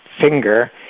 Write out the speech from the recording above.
finger